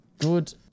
Good